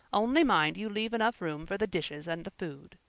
only mind you leave enough room for the dishes and the food.